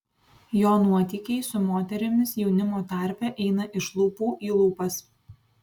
jo nuotykiai su moterimis jaunimo tarpe eina iš lūpų į lūpas